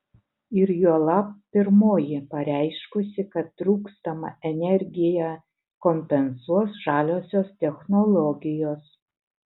ir juolab pirmoji pareiškusi kad trūkstamą energiją kompensuos žaliosios technologijos